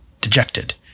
dejected